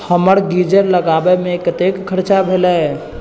हमर गीजर लगाबैमे कतेक खर्चा भेलै